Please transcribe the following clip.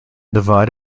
divide